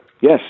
Yes